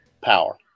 power